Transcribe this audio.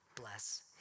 bless